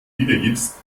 wiedergibst